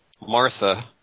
Martha